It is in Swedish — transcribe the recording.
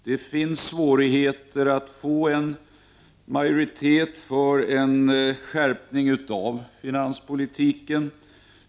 Det är svårt att få en majoritet för en skärpning av finanspolitiken.